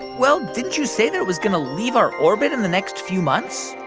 well, didn't you say that it was going to leave our orbit in the next few months?